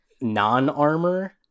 non-armor